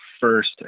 first